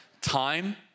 time